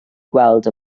gweld